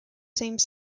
same